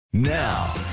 Now